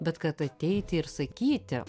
bet kad ateiti ir sakyti